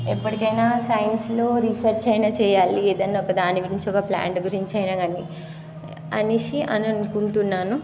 ఎప్పటికైనా సైన్స్లో రీసెర్చ్ అయినా చేయాలి ఏదైనా ఒక దాని గురించి ఒక ప్లాంట్ గురించి అయినా కానీ అనేసి అని అనుకుంటున్నాను